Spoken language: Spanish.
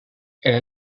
era